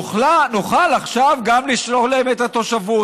נוכל עכשיו גם לשלול להם את התושבות.